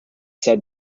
said